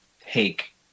take